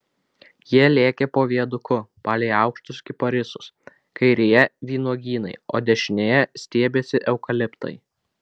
jie lėkė po viaduku palei aukštus kiparisus kairėje vynuogynai o dešinėje stiebėsi eukaliptai